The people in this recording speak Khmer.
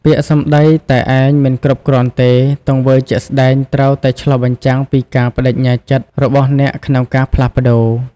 ពាក្យសម្ដីតែឯងមិនគ្រប់គ្រាន់ទេ! ទង្វើជាក់ស្តែងត្រូវតែឆ្លុះបញ្ចាំងពីការប្តេជ្ញាចិត្តរបស់អ្នកក្នុងការផ្លាស់ប្តូរ។